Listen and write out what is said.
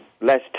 less